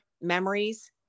memories